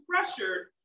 pressured